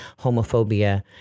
homophobia